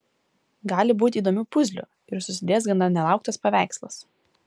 gali būti įdomių puzlių ir susidės gana nelauktas paveikslas